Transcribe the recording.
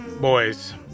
boys